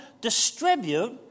distribute